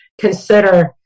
consider